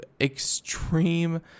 extreme